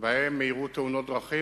שבהם אירעו תאונות דרכים,